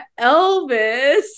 Elvis